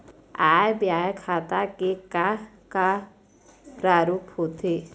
आय व्यय खाता के का का प्रारूप होथे?